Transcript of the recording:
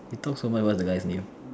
you talk so much what the guy's name